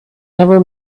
never